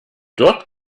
dort